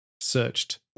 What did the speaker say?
searched